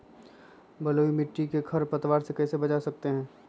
बलुई मिट्टी को खर पतवार से कैसे बच्चा सकते हैँ?